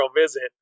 visit